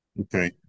Okay